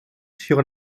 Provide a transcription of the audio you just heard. sur